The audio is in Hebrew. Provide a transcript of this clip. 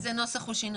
איזה נוסח הוא שינה?